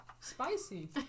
spicy